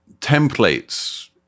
templates